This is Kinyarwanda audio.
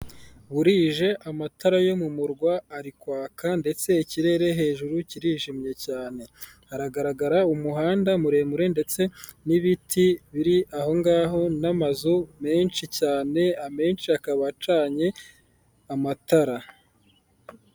Burije, amatara yo mu murwa ari kwaka, ndetse ikirere hejuru kirijimye cyane. Haragaragara umuhanda muremure ndetse n'ibiti biri aho ngaho, n'amazu menshi cyane, amenshi akaba acanye amatara.